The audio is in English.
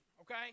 okay